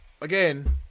again